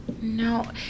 No